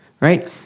Right